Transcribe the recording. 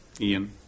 Ian